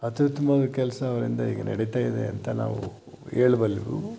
ಅತ್ಯುತ್ತಮ್ವಾಗಿ ಕೆಲಸ ಅವರಿಂದ ಈಗ ನಡೀತಾ ಇದೆ ಅಂತ ನಾವು ಹೇಳ್ಬಲ್ಲೆವು